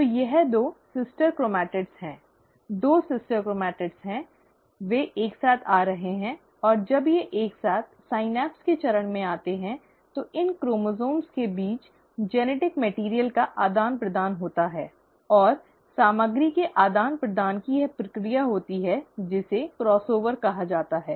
तो यह दो सिस्टर क्रोमैटिडस हैं दो सिस्टर क्रोमैटिडस हैं वे एक साथ आ रहे हैं और जब ये एक साथ सिनैप्स के चरण में आते हैं तो इन क्रोमोसोम्स के बीच आनुवंशिक सामग्री का आदान प्रदान होता है और सामग्री के आदान प्रदान की यह प्रक्रिया होती है जिसे क्रॉस ओवर कहा जाता है